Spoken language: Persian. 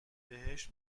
بهش